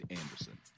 anderson